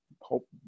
hope